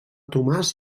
tomàs